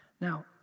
Now